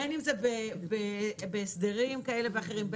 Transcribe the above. בין אם זה בהסדרים כאלה ואחרים,